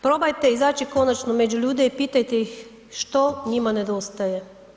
Probajte izaći konačno među ljude i pitajte ih što njima nedostaje.